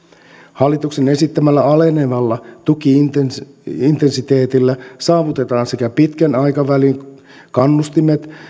hallituksen esittämällä alenevalla tuki intensiteetillä intensiteetillä saavutetaan sekä pitkän aikavälin kannustimet